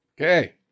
Okay